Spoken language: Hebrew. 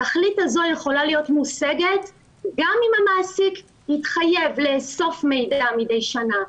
התכלית הזו יכולה להיות מושגת גם אם המעסיק התחייב לאסוף מידע מדי שנה,